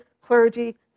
clergy